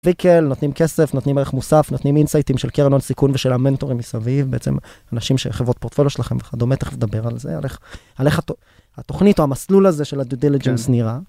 וכן, נותנים כסף, נותנים ערך מוסף, נותנים אינסייטים של קרן הון סיכון ושל המנטורים מסביב, בעצם אנשים שחברות פורטפולו שלכם וכדומה, תכף נדבר על זה, על איך התוכנית או המסלול הזה של הדודילג'ינס נראה.